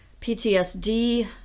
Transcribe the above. PTSD